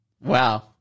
Wow